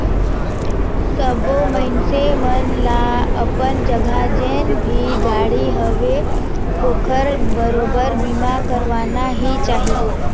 सबो मइनसे मन ल अपन जघा जेन भी गाड़ी अहे ओखर बरोबर बीमा करवाना ही चाही